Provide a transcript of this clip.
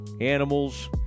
animals